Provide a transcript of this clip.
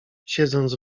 siedząc